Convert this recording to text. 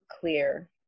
clear